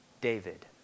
David